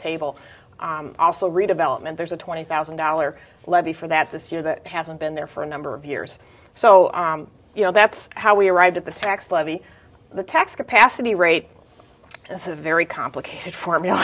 table also redevelopment there's a twenty thousand dollars levy for that this year that hasn't been there for a number of years so you know that's how we arrived at the tax levy the tax capacity rate it's a very complicated formula